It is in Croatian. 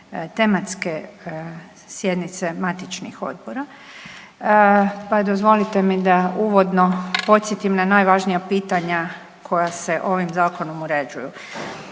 tematske sjednice matičnih odbora, pa dozvolite mi da uvodno podsjetim na najvažnija pitanja koja se ovim Zakonom uređuju.